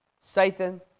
Satan